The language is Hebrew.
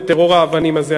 בטרור האבנים הזה.